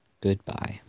Goodbye